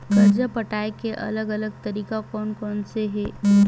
कर्जा पटाये के अलग अलग तरीका कोन कोन से हे?